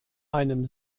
einem